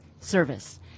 service